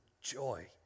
joy